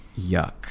yuck